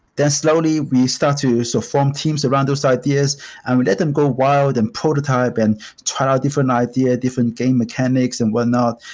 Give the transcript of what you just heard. then slowly we start to so form teams around those ideas and we let them go wild and prototype and try out different idea, different game mechanics and whatnot.